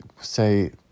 Say